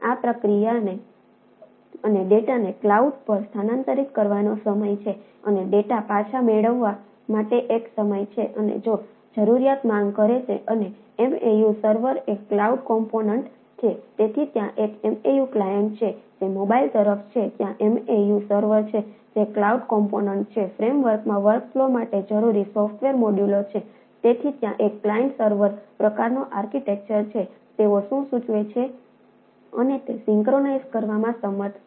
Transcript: આ પ્રક્રિયાને અને ડેટાને ક્લાઉડ પર સ્થાનાંતરિત કરવાનો સમય છે અને ડેટા પાછા મેળવવા માટે એક સમય છે અને જો જરૂરિયાત માંગ કરે છે અને એમએયુ કરવામાં સમર્થ છે